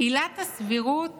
"עילת הסבירות